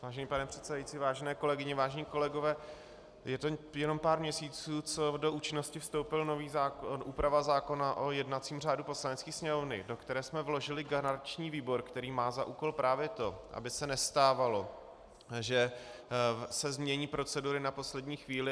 Vážený pane předsedající, vážené kolegyně, vážení kolegové, je to jenom pár měsíců, co do účinnosti vstoupila nová úprava zákona o jednacím řádu Poslanecké sněmovny, do které jsme vložili garanční výbor, který má za úkol právě to, aby se nestávalo, že se změní procedury na poslední chvíli.